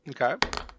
Okay